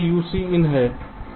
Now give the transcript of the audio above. यह UCin है